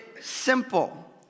simple